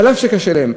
אף שקשה להן.